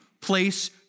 place